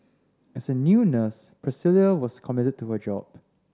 as a new nurse Priscilla was committed to her job